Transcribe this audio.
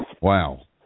Wow